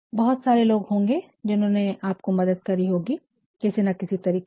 बहुत सारे लोग होंगे जिन्होंने आपको मदद करी होगी किसी ना किसी तरह से